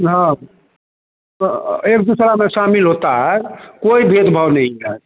हाँ एक दूसरे में शामील होते हैं कोई भेदभाव नहीं हैं